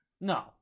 No